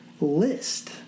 list